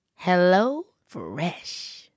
HelloFresh